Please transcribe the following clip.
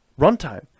runtime